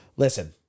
Listen